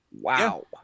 Wow